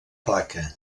placa